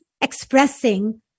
expressing